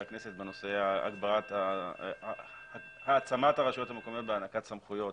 הכנסת בנושא העצמת הרשויות המקומיות בהענקת סמכויות